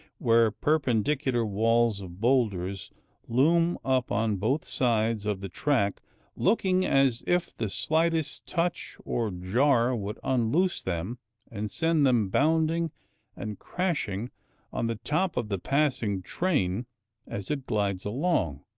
where perpendicular walls of bowlders loom up on both sides of the track looking as if the slightest touch or jar would unloose them and send them bounding and crashing on the top of the passing train as it glides along,